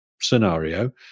scenario